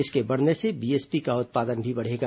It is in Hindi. इसके बढ़ने से बीएसपी का उत्पादन भी बढ़ेगा